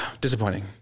Disappointing